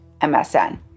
MSN